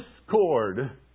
discord